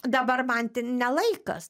dabar man tin ne laikas